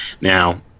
Now